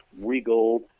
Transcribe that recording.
regal